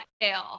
tail